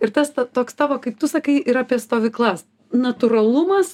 ir tas toks tavo kaip tu sakai ir apie stovyklas natūralumas